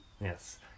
yes